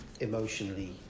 emotionally